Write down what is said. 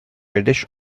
reddish